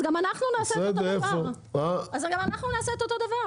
אז גם אנחנו נעשה את אותו הדבר,